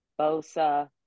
Bosa